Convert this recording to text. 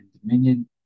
dominion